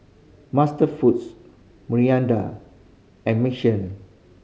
MasterFoods Mirinda and Michelin